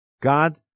God